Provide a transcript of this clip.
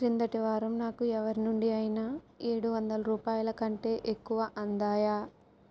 క్రిందటి వారం నాకు ఎవరి నుండి అయినా ఏడు వందల రూపాయల కంటే ఎక్కువ అందాయా